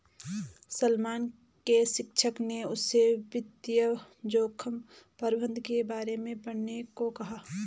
सलमा के शिक्षक ने उसे वित्तीय जोखिम प्रबंधन के बारे में पढ़ने को कहा